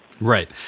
Right